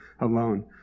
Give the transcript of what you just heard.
alone